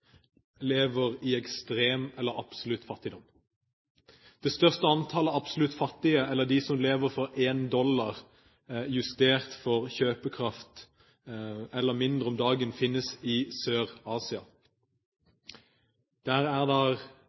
lever i ekstrem eller absolutt fattigdom. Det største antallet absolutt fattige, eller de som lever for 1 dollar – justert for kjøpekraft – eller mindre om dagen, finnes i Sør-Asia. Der er